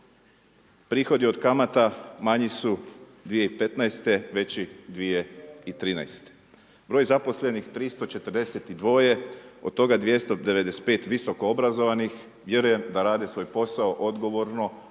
Prihodi od kamata manji su 2015., veći 2013. Broj zaposlenih 342, od toga 295 visokoobrazovanih, vjerujem da rade svoj posao odgovorno